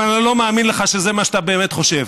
אבל אני לא מאמין לך שזה מה שאתה באמת חושב.